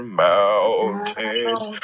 mountains